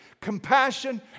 Compassion